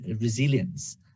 resilience